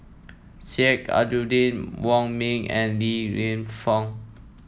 Sheik Alau'ddin Wong Ming and Li Lienfung